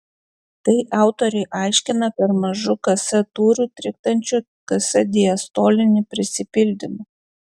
tai autoriai aiškina per mažu ks tūriu trikdančiu ks diastolinį prisipildymą